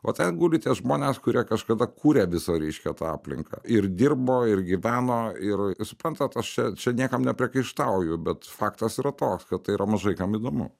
o ten guli tie žmonės kurie kažkada kūrė visą tą reiškia tą aplinką ir dirbo ir gyveno ir suprantat aš čia čia niekam nepriekaištauju bet faktas yra toks kad tai yra mažai kam įdomu